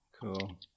Cool